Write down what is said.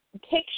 pictures